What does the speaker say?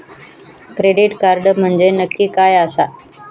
Credit card म्हंजे नक्की काय आसा?